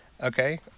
Okay